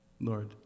Lord